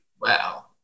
Wow